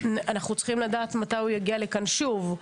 ואנחנו צריכים לדעת מתי הוא יגיע לכאן שוב,